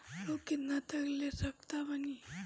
Loan कितना तक ले सकत बानी?